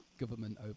Government